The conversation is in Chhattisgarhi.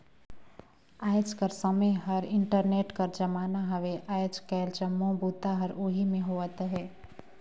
आएज कर समें हर इंटरनेट कर जमाना हवे आएज काएल जम्मो बूता हर ओही में होवत अहे